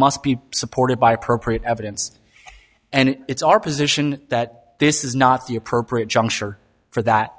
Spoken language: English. must be supported by appropriate evidence and it's our position that this is not the appropriate juncture for that